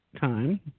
Time